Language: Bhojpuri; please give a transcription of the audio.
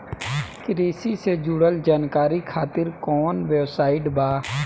कृषि से जुड़ल जानकारी खातिर कोवन वेबसाइट बा?